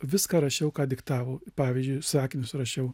viską rašiau ką diktavo pavyzdžiui sakinius rašiau